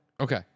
Okay